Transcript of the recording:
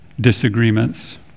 disagreements